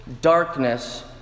darkness